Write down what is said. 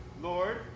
Lord